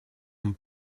amb